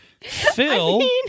Phil